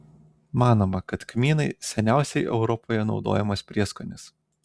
manoma kad kmynai seniausiai europoje naudojamas prieskonis